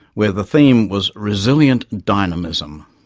where the theme was resilient dynamism.